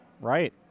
right